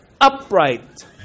upright